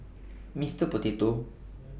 Mister Potato